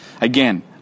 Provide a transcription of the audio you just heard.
again